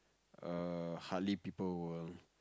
err hardly people will